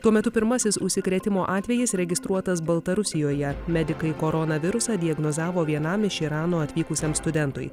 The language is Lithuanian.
tuo metu pirmasis užsikrėtimo atvejis registruotas baltarusijoje medikai koronavirusą diagnozavo vienam iš irano atvykusiam studentui